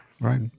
right